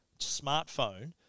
smartphone